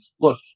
look